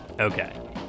okay